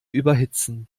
überhitzen